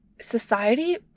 Society